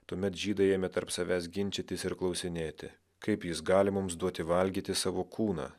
tuomet žydai ėmė tarp savęs ginčytis ir klausinėti kaip jis gali mums duoti valgyti savo kūną